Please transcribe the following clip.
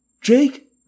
Jake